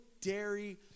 dairy